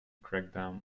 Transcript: crackdown